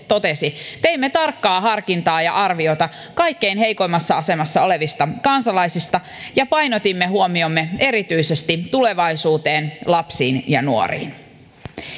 totesi teimme tarkkaa harkintaa ja arviota kaikkein heikoimmassa asemassa olevista kansalaisista ja painotimme huomiomme erityisesti tulevaisuuteen lapsiin ja nuoriin